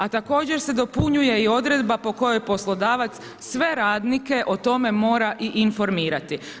A također se dopunjuje i odredba po kojoj poslodavac sve radnike o tome mora i informirati.